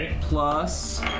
plus